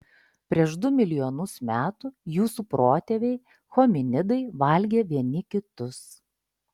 prieš du milijonus metų jūsų protėviai hominidai valgė vieni kitus